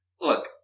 Look